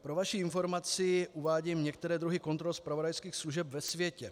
Pro vaši informaci uvádím některé druhy kontrol zpravodajských služeb ve světě.